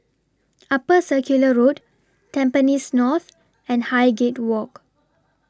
Upper Circular Road Tampines North and Highgate Walk